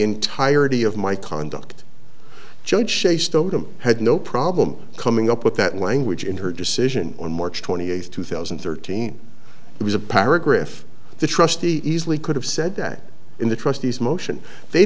entirety of my conduct judge shay stoughton had no problem coming up with that language in her decision on march twenty eighth two thousand and thirteen it was a paragraph the trustee easily could have said that in the trustees motion they